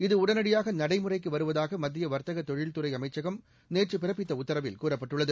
இது உடனடியாக நடைமுறைக்கு வருவதாக மத்திய வா்த்தக தொழில்துறை அமைச்சகம் நேற்று பிறப்பித்த உத்தரவில் கூறப்பட்டுள்ளது